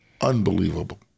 unbelievable